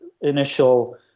initial